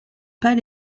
pas